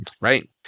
Right